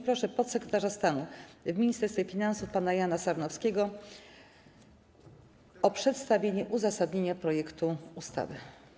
Proszę podsekretarza stanu w Ministerstwie Finansów pana Jana Sarnowskiego o przedstawienie uzasadnienia projektu ustawy.